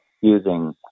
using